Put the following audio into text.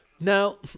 Now